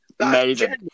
Amazing